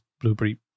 blueberry